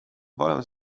wolę